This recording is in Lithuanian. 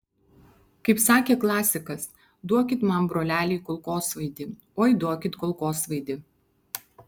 kaip sakė klasikas duokit man broleliai kulkosvaidį oi duokit kulkosvaidį